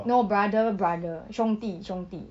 no brother brother 兄弟兄弟